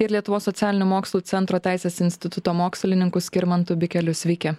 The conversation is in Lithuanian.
ir lietuvos socialinių mokslų centro teisės instituto mokslininku skirmantu bikeliu sveiki